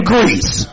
Greece